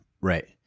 right